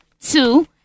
two